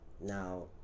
Now